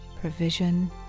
provision